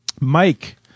Mike